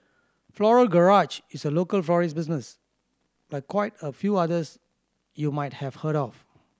Floral Garage is a local florist business like quite a few others you might have heard of